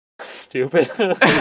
Stupid